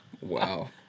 Wow